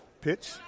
Pitch